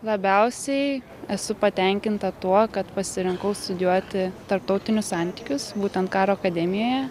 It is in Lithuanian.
labiausiai esu patenkinta tuo kad pasirinkau studijuoti tarptautinius santykius būtent karo akademijoje